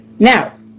Now